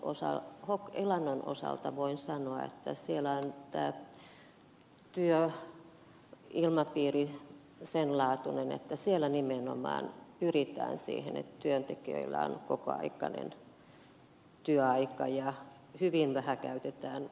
hok elannon osalta voin sanoa että siellä on tämä työilmapiiri sen laatuinen että siellä nimenomaan pyritään siihen että työntekijöillä on kokoaikainen työaika ja hyvin vähän käytetään pätkätyöntekijöitä